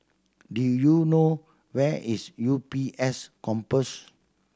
do you know where is U B S Campus